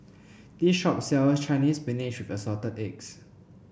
this shop sells Chinese Spinach with Assorted Eggs